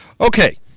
Okay